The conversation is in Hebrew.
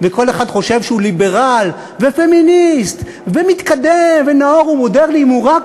וכל אחד חושב שהוא ליברל ופמיניסט ומתקדם ונאור ומודרני אם הוא רק